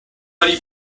ready